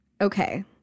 Okay